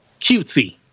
cutesy